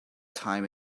time